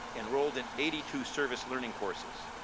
enrolled in eighty two service-learning courses.